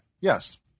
Yes